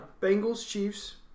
Bengals-Chiefs